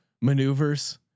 maneuvers